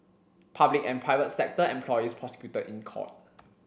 public and private sector employees prosecuted in court